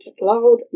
loud